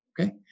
Okay